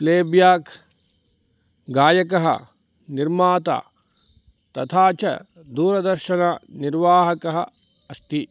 play back गायकः निर्माता तथा च दूरदर्शननिर्वाहकः अस्ति